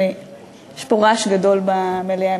יש פה רעש גדול במליאה,